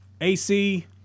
AC